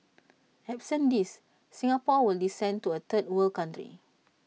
absent these Singapore will descend to A third world country